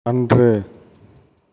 அன்று